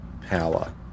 power